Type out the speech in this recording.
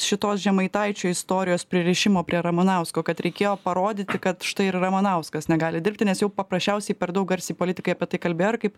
šitos žemaitaičio istorijos pririšimo prie ramanausko kad reikėjo parodyti kad štai ir ramanauskas negali dirbti nes jų paprasčiausiai per daug garsiai politikai apie tai kalbėjo ir kaip